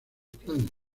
planes